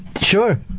Sure